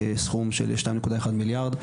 בסכום של שתיים נקודה אחד מיליארד,